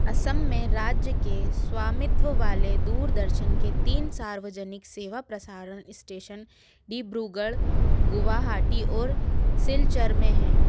असम में राज्य के स्वामित्व वाले दूरदर्शन के तीन सार्वजनिक सेवा प्रसारण इस्टेशन डिब्रूगढ़ गुवाहाटी और सिलचर में हैं